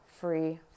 free